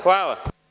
Hvala.